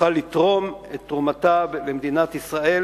תוכל לתרום את תרומתה למדינת ישראל